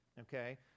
Okay